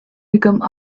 become